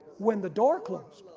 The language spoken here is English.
when the door closed.